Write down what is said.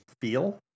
Feel